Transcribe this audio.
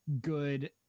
good